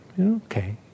Okay